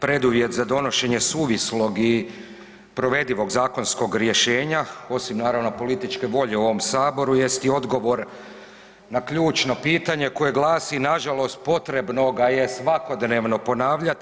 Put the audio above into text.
Preduvjet za donošenje suvislog i provedivog zakonskog rješenja, osim, naravno, političke volje u ovom Saboru jest i odgovor na ključno pitanje koje glasi, nažalost potrebnoga je svakodnevno ponavljati.